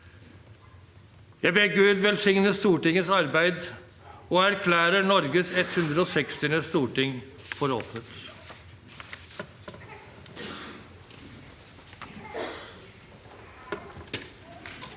Jeg ber Gud velsigne Stortingets arbeid, og erklærer Norges 160. storting for åpnet.